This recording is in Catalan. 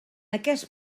aquest